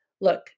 Look